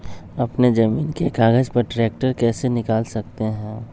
अपने जमीन के कागज पर ट्रैक्टर कैसे निकाल सकते है?